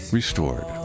restored